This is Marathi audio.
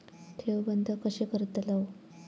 ठेव बंद कशी करतलव?